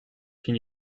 can